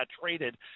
traded